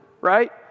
right